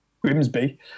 Grimsby